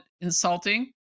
insulting